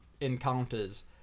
encounters